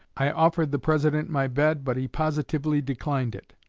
i offered the president my bed, but he positively declined it,